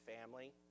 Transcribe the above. family